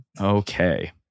Okay